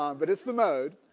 um but it's the mode.